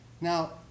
Now